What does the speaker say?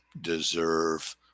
deserve